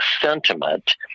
sentiment